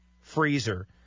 freezer